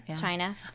China